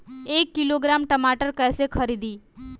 एक किलोग्राम टमाटर कैसे खरदी?